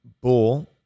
bull